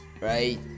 right